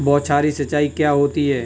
बौछारी सिंचाई क्या होती है?